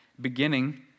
beginning